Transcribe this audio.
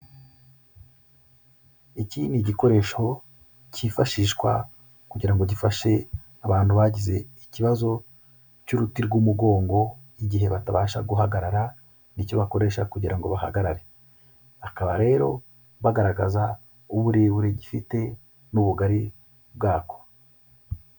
Iki ni igikoresho cyifashishwa kugira ngo gifashe abantu bagize ikibazo cy'uruti rw'umugongo, igihe batabasha guhagarara nicyo bakoresha kugira ngo bahagarare. akaba rero bagaragaza uburebure gifite, n'ubugari bwacyo.